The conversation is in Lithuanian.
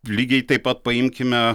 lygiai taip pat paimkime